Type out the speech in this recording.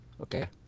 Okay